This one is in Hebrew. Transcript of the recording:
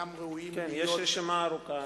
שאינם ראויים להיות --- כן, יש רשימה ארוכה